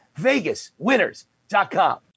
Vegaswinners.com